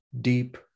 deep